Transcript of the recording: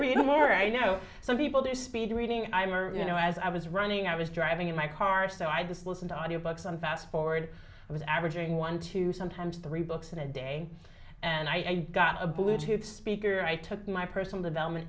more i know some people do speed reading i'm or you know as i was running i was driving in my car so i just listen to audiobooks on fast forward i was averaging one two sometimes three books in a day and i got a bluetooth speaker and i took my personal development